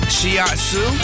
Shiatsu